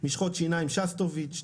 משחות שיניים שסטוביץ,